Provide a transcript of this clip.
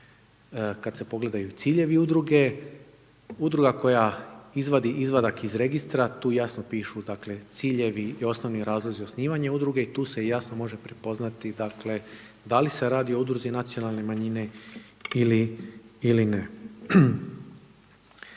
kad se pogledaju ciljevi udruge. Udruga koja izvadi izvadak iz registra tu jasno pišu dakle ciljevi i osnovni razlozi osnivanja udruge i tu se jasno može prepoznati dakle da li se radi o udruzi nacionalne manjine ili ne.